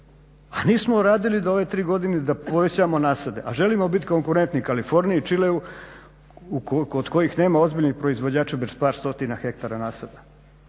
a nismo radili do ove tri godine da povećamo nasade a želimo biti konkurenti Kaliforniji, Chileu kod kojih nema ozbiljnih proizvođača bez par stotina hektara nasada.